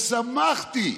שמחתי.